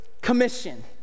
commission